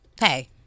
hey